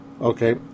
Okay